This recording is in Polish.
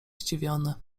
zdziwiony